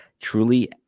truly